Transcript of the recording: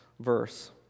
verse